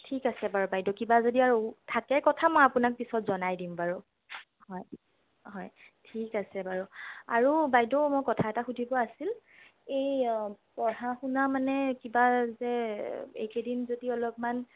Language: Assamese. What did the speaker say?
ঠিক আছে বাৰু বাইদেউ কিবা যদি আৰু থাকে কথা মই আপোনাক পিছত জনাই দিম বাৰু হয় হয় ঠিক আছে বাৰু আৰু বাইদেউ মই কথা এটা সুধিব আছিল এই পঢ়া শুনা মানে কিবা যে এইকেইদিন যদি অলপমান